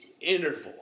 interval